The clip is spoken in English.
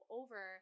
over